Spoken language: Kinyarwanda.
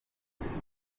batutsi